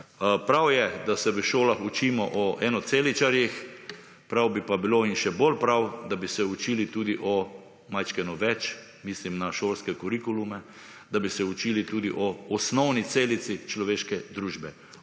Prav je, da se v šolah učimo o enoceličarjih, prav bi pa bilo in še bolj prav, da bi učili tudi o malo več mislim na šolske kurikulume, da bi se učili tudi o osnovni celici človeške družbe,